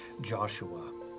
Joshua